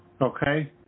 Okay